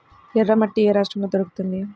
ఎర్రమట్టి ఏ రాష్ట్రంలో దొరుకుతుంది?